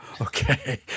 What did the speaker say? Okay